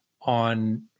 on